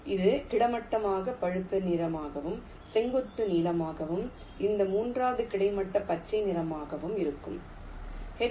இது கிடைமட்டமாக பழுப்பு நிறமாகவும் செங்குத்து நீலமாகவும் இந்த மூன்றாவது கிடைமட்டம் பச்சை நிறமாகவும் இருக்கும் எச்